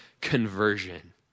conversion